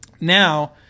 Now